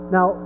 Now